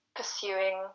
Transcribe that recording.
pursuing